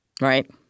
right